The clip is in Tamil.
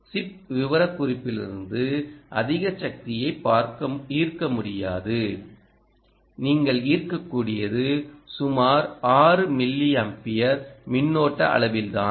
சிப் விவரக்குறிப்பிலிருந்து அதிக சக்தியை ஈர்க்க முடியாது நீங்கள் ஈர்க்கக்கூடியது சுமார் 6 மில்லியம்பியர் மின்னோட்ட அளவில்தான்